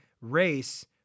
race